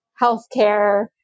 healthcare